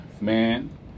man